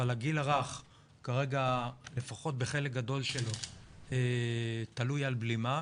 אבל הגיל הרך כרגע לפחות בחלק גדול שלו תלוי על בלימה,